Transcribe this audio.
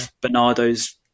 Bernardo's